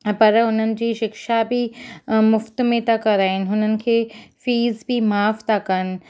पर हुननि जी शिक्षा बि मुफ़्त में था कराईनि हुननि खे फ़ीस बि माफ़ु था कनि